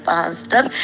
Pastor